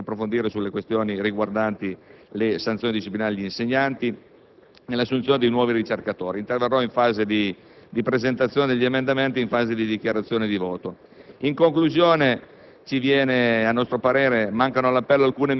Il tempo mi impedisce di approfondire le questioni riguardanti le sanzioni disciplinari agli insegnanti e l'assunzione dei nuovi ricercatori, su cui interverrò in fase di illustrazione degli emendamenti e di dichiarazione di voto.